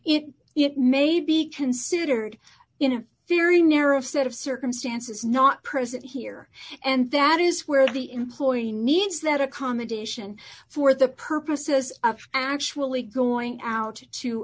resort it may be considered in a very narrow set of circumstances not present here and that is where the employee needs that accommodation for the purposes of actually going out to